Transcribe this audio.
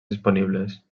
disponibles